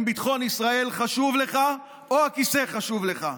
ביטחון ישראל חשוב לך או הכיסא חשוב לך?